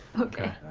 okay.